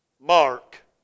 mark